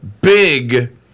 big